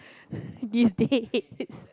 these days